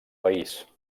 país